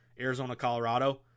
Arizona-Colorado